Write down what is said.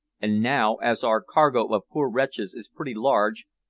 and now, as our cargo of poor wretches is pretty large,